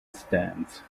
stands